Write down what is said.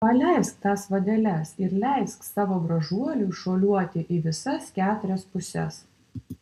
paleisk tas vadeles ir leisk savo gražuoliui šuoliuoti į visas keturias puses